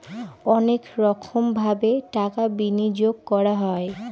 অনেক রকমভাবে টাকা বিনিয়োগ করা হয়